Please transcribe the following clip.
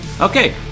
Okay